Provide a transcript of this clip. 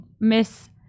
Miss